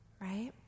right